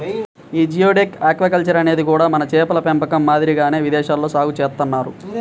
యీ geoduck aquaculture అనేది కూడా మన చేపల పెంపకం మాదిరిగానే విదేశాల్లో సాగు చేత్తన్నారు